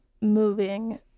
moving